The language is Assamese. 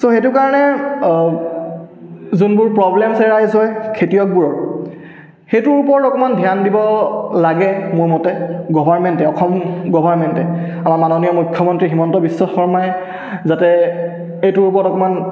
ছ' সেইটো কাৰণে যোনবোৰ প্ৰব্লেমছ এৰাইজ হয় খেতিয়কবোৰৰ সেইটোৰ ওপৰত অকণমান ধ্যান দিব লাগে মোৰ মতে গভাৰ্মেণ্টে অসম গভাৰ্মেণ্টে আমাৰ মাননীয় মূখ্যমন্ত্ৰী হিমন্ত বিশ্ব শৰ্মাই যাতে এইটোৰ ওপৰত অকণমান